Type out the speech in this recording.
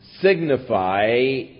signify